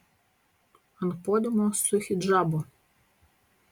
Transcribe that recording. ant podiumo su hidžabu